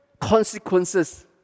consequences